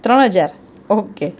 ત્રણ હજાર ઓકે